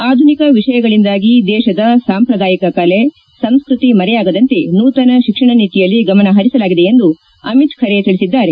ಆಧುನಿಕ ವಿಷಯಗಳಿಂದಾಗಿ ದೇಶದ ಸಾಂಪ್ರದಾಯಿಕ ಕಲೆ ಸಂಸ್ಕತಿ ಮರೆಯಾಗದಂತೆ ನೂತನ ಶಿಕ್ಷಣ ನೀತಿಯಲ್ಲಿ ಗಮನ ಪರಿಸಲಾಗಿದೆ ಎಂದು ಅಮಿತ್ ಖರೆ ತಿಳಿಸಿದ್ದಾರೆ